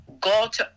got